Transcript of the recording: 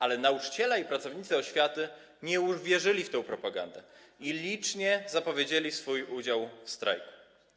Ale nauczyciele i pracownicy oświaty nie uwierzyli w tę propagandę i licznie zapowiedzieli swój udział w strajku.